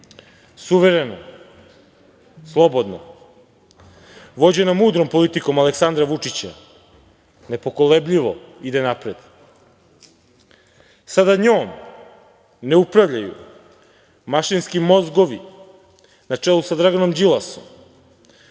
suverena, slobodna, vođena mudrom politikom Aleksandra Vučića, nepokolebljivo ide napred. Sada njom ne upravljaju mašinski mozgovi na čelu sa Draganom Đilasom,